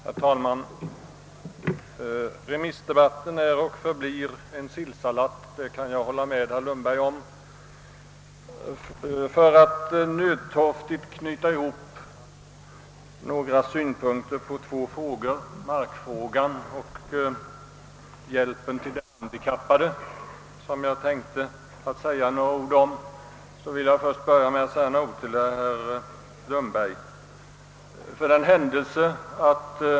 Herr talman! Remissdebatten är och förblir en sillsallad — det kan jag hålla med herr Lundberg om. För att nödtorftigt knyta ihop några synpunkter på två frågor, markfrågan och hjälpen till de handikappade med herr Lundbergs anförande, vill jag först säga några ord till herr Lundberg.